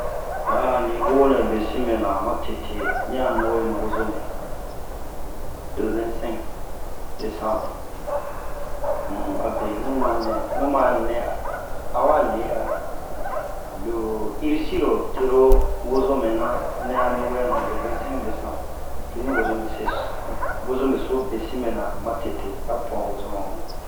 a ni wo nɛ besin mɛna matete ni a nuwɛnu wozome le vɛn-sɛnk desanbre mu a be mu ma nɛ mu ma nɛ a wa le'a lo irisiro tero wozomena nɛ a nuwɛnu le vɛn-sɛnk desanbre to ni wozome seso wozome so besin mɛna matete a po an wozome wiyan